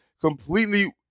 completely